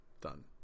done